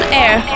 air